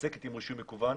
מתעסקת עם רישוי מקוון,